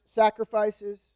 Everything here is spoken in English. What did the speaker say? sacrifices